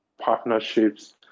partnerships